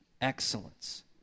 excellence